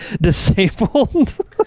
disabled